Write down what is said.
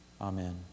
Amen